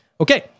Okay